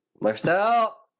Marcel